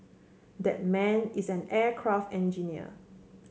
that man is an aircraft engineer